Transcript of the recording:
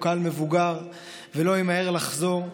הוא קהל מבוגר ולא ימהר לחזור.